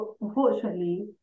unfortunately